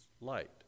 light